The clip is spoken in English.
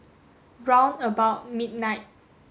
round about midnight